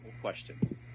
question